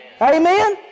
Amen